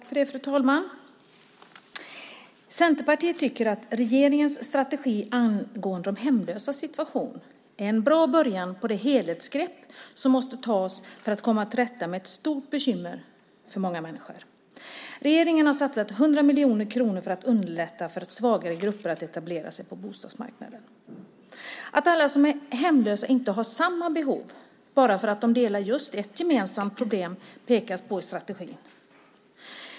Fru talman! Centerpartiet tycker att regeringens strategi angående de hemlösas situation är en bra början på det helhetsgrepp som måste tas för att komma till rätta med ett stort bekymmer för många människor. Regeringen har satsat 100 miljoner kronor för att underlätta för svagare grupper att etablera sig på bostadsmarknaden. Att alla som är hemlösa inte har samma behov bara för att de delar just ett gemensamt problem pekas på i strategin.